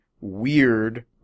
weird